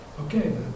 Okay